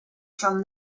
from